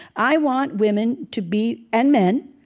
i want women to be, and men,